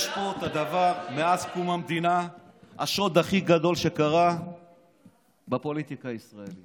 יש פה את השוד הכי גדול שקרה בפוליטיקה הישראלית